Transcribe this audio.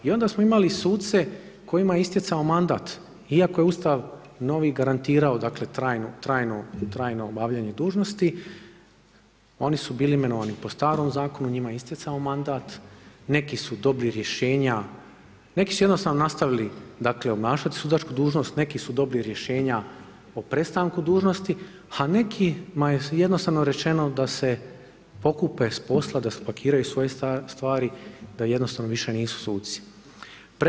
I onda smo imali suce kojima je isticao mandat iako je Ustav novi garantirao trajno obavljanje dužnosti, oni su bili imenovani po starom zakonu njima je isticao mandat, neki su dobili rješenja, neki su jednostavno nastavili obnašati sudačku dužnost, neki su dobili rješenja o prestanku dužnosti, a nekima je jednostavno rečeno da se pokupe s posla, da spakiraju svoje stvari, da jednostavno nisu više suci.